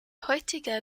heutige